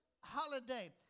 holiday